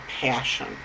passion